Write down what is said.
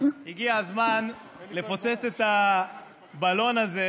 הגיע הזמן לפוצץ את הבלון הזה,